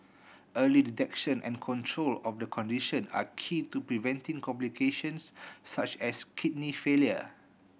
early detection and control of the condition are key to preventing complications such as kidney failure